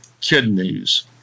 kidneys